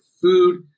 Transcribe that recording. food